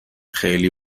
خیلی